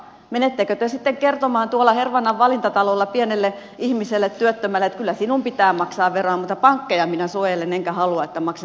menettekö te sitten kertomaan hervannan valintatalolla pienelle ihmiselle työttömälle että kyllä sinun pitää maksaa veroa mutta pankkeja minä suojelen enkä halua että maksetaan veroja